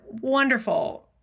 wonderful